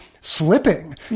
slipping